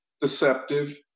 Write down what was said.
Deceptive